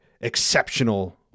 exceptional